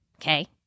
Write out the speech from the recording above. Okay